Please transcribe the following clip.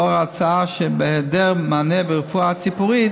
לאור ההצעה שבהיעדר מענה ברפואה הציבורית